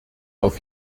auf